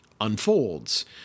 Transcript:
unfolds